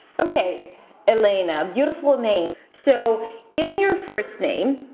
okay elena, beautiful name. so in your first name,